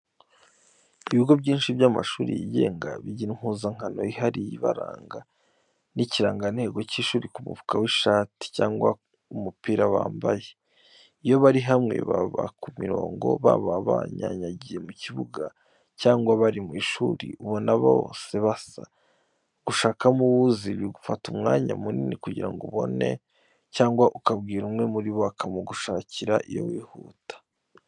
Ibigo byinshi by'amashuri yigenga, bigira impuzankano yihariye ibaranga, n'ikirangantego cy'ishuri ku mufuka w'ishati cyangwa w'umupira bambaye. Iyo bari hamwe, baba ku mirongo, baba banyanyagiye mu kibuga cyangwa bari mu ishuri ubona bose basa. Gushakamo uwo uzi, bigufata umwanya munini kugira ngo umubone, cyangwa ukabwira umwe muri bo akamugushakira iyo wihuta.